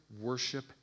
worship